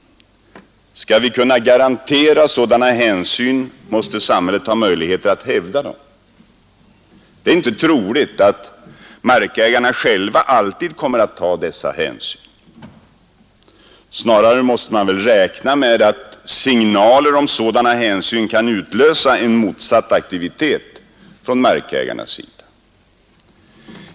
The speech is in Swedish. Skall vi kunna garantera sådana hänsyn måste samhället ha möjligheter att hävda dem. Det är inte troligt att markägarna själva alltid kommer att ta dessa hänsyn. Snarare måste man väl räkna med att signaler om sådana hänsyn kan utlösa en motsatt aktivitet från markägarnas sida.